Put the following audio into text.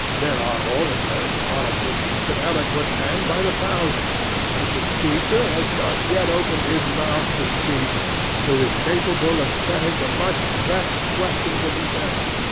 there are orators, politicians, and eloquent men, by the thousand but the speaker has not yet opened his mouth to speak who is capable of settling the much-vexed questions of the day.